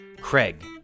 Craig